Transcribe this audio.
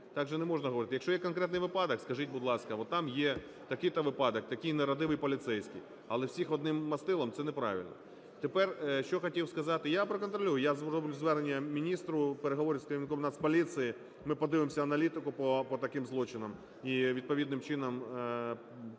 Так же не можна говорити. Якщо є конкретний випадок, скажіть, будь ласка, от, там є такий-то випадок, такий нерадивий поліцейський. Але всіх одним мастилом – це неправильно. Тепер що хотів сказати. Я проконтролюю. Я зроблю звернення міністру, переговорю з керівником Нацполіції, ми подивимось аналітику по таким злочинам і відповідним чином